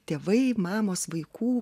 tėvai mamos vaikų